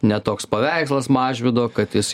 ne toks paveikslas mažvydo kad jis